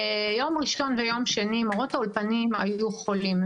ביום ראשון וביום שני מורות האולפנים היו חולות.